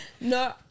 No